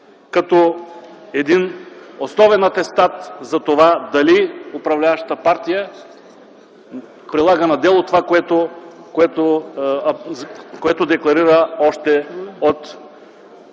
като основен атестат дали управляващата партия прилага на дело това, което декларира още с